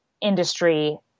industry